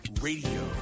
Radio